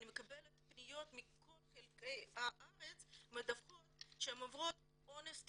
מקבלת פניות מכל חלקי הארץ שהן עוברות "אונס תיקון"